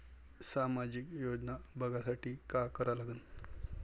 सामाजिक योजना बघासाठी का करा लागन?